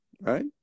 right